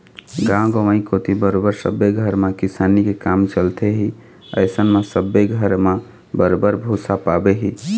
गाँव गंवई कोती बरोबर सब्बे घर म किसानी के काम चलथे ही अइसन म सब्बे घर म बरोबर भुसा पाबे ही